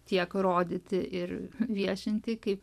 tiek rodyti ir viešinti kaip